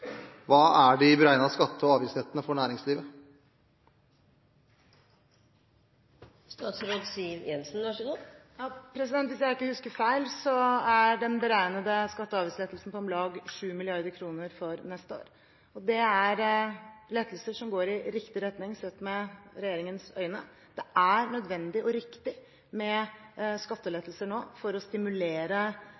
hva er de beregnede skatte- og avgiftslettelsene for næringslivet? Hvis jeg ikke husker feil, er den beregnede skatte- og avgiftslettelsen på om lag 7 mrd. kr for neste år, og det er lettelser som går i riktig retning, sett med regjeringens øyne. Det er nødvendig og riktig med